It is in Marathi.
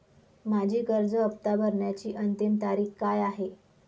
माझी कर्ज हफ्ता भरण्याची अंतिम तारीख काय आहे?